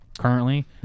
Currently